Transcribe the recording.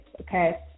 okay